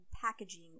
packaging